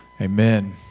Amen